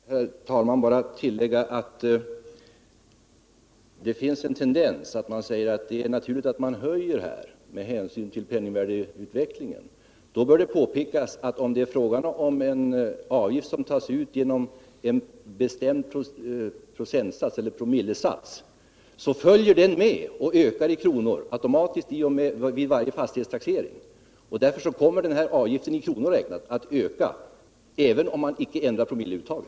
Herr talman! Jag vill bara tillägga att det finns en tendens att säga att det är naturligt att höja här med hänsyn till penningvärdeutvecklingen. Men då bör det påpekas att en avgift, som tas ut genom en bestämd promillesats, automatiskt följer med och ökar i kronor räknat vid varje fastighetstaxering. Därför kommer denna avgift i kronor räknat att öka, även om man inte ändrar promilleuttaget.